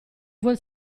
vuol